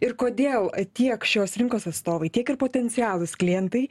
ir kodėl tiek šios rinkos atstovai tiek ir potencialūs klientai